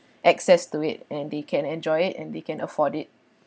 access to it and they can enjoy it and they can afford it